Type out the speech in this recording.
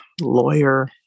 lawyer